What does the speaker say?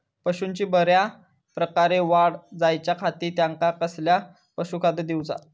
पशूंची बऱ्या प्रकारे वाढ जायच्या खाती त्यांका कसला पशुखाद्य दिऊचा?